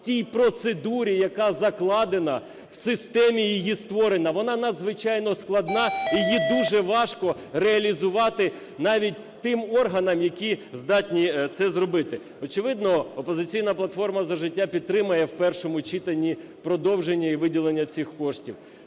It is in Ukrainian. тій процедурі, яка закладена в системі її створення. Вона надзвичайно складна і її дуже важко реалізувати навіть тим органам, які здатні це зробити. Очевидно "Опозиційна платформа – За життя" підтримає в першому читанні продовження і виділення цих коштів.